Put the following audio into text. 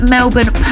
Melbourne